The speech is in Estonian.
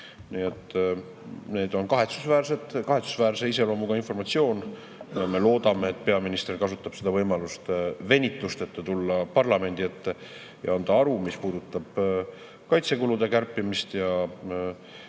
kõik] on kahetsusväärse iseloomuga informatsioon. Me loodame, et peaminister kasutab võimalust venituseta tulla parlamendi ette ja anda aru, mis puudutab kaitsekulude kärpimist ja mis